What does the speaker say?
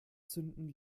zünden